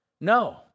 No